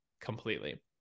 completely